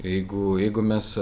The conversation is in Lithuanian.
jeigu jeigu mes